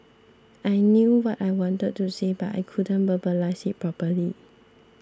I knew what I wanted to say but I couldn't verbalise it properly